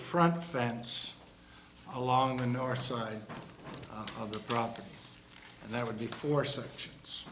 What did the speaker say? front fence along the north side of the property and that would be four sections